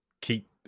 keep